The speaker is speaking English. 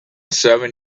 seven